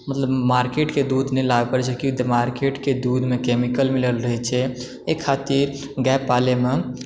मतलब मार्केटके दूध नहि लाबए पड़ैत छै की तऽ मार्केटके दूधमे केमिकल मिलल रहै छै एहि खातिर गै पालयमे